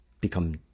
become